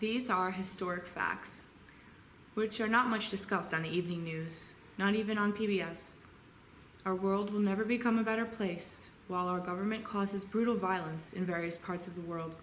these are historic facts which are not much discussed on the evening news not even on p b s our world will never become a better place while our government causes brutal violence in various parts of the world